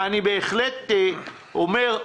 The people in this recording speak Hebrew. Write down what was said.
אני בהחלט אומר,